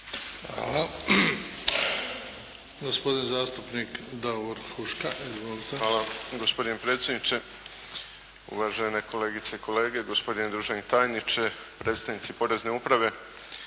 Hvala. Gospodin zastupnik Davor Huška. Izvolite. **Huška, Davor (HDZ)** Hvala gospodine predsjedniče, uvažene kolegice i kolege, gospodine državni tajniče, predstavnici porezne uprave.